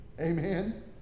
Amen